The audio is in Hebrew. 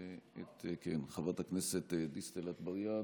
ואת חברת הכנסת דיסטל אטבריאן,